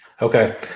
Okay